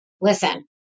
listen